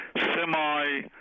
semi